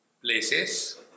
places